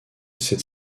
cette